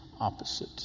opposite